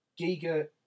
Giga